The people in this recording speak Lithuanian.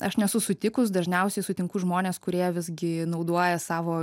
aš nesu sutikus dažniausiai sutinku žmones kurie visgi naudoja savo